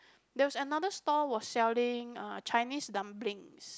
there was another stall was selling uh Chinese dumplings